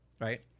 right